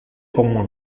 como